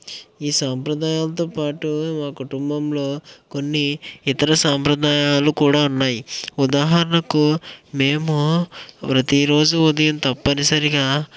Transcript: ఈ సాంప్రదాయాలతో పాటు మా కుటుంబంలో కొన్ని ఇతర సాంప్రదాయాలు కూడా ఉన్నాయి ఉదాహరణకు మేము ప్రతిరోజు ఉదయం తప్పనిసరిగా